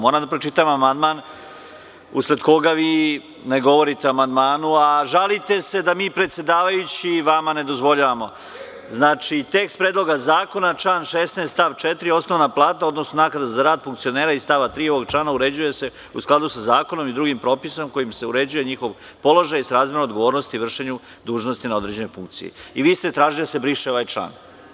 Moram da pročitam amandman o kome vi ne govorite, a žalite se da mi predsedavajući vama ne dozvoljavamo. (Jovan Marković, s mesta: Sve druge ste pustili.) Znači, tekst Predloga zakona, član 16. stav 4: „Osnovna plata, odnosno naknada za rad funkcionera iz stava 3. ovog člana uređuje se u skladu sa zakonom i drugim propisom kojim se uređuje njihov položaj, srazmerno odgovornosti u vršenju dužnosti na određenoj funkciji.“ Vi ste tražili da se briše ovaj član.